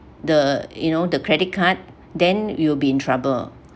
the you know the credit card then you will be in trouble